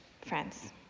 friends